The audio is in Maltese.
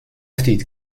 ftit